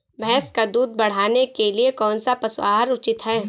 भैंस का दूध बढ़ाने के लिए कौनसा पशु आहार उचित है?